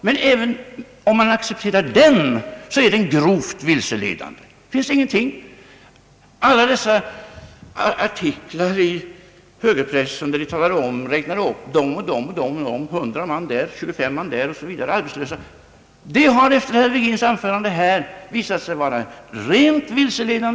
Men även om man accepterar denna siffra, är den grovt vilseledande. Alla dessa artiklar i högerpressen, där man räknar upp antalet arbetslösa — 100 man arbetslösa där, 25 man där osv. — har efter herr Virgins anförande visat sig vara rent vilseledande.